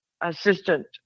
assistant